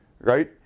right